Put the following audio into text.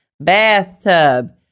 Bathtub